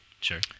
Sure